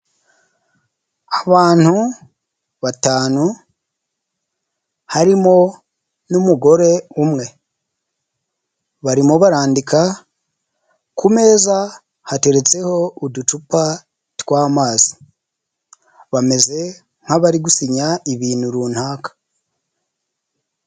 Abantu batanu, harimo n'umugore umwe. Barimo barandika, ku meza hateretseho uducupa tw'amazi, bameze nk'abari gusinya ibintu runaka.